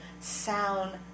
sound